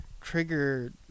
trigger